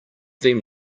them